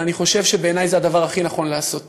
אבל אני חושב שבעיני זה הדבר הכי נכון לעשות.